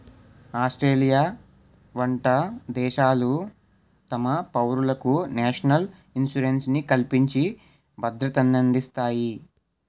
Australia వంట దేశాలు తమ పౌరులకు నేషనల్ ఇన్సూరెన్స్ ని కల్పించి భద్రతనందిస్తాయి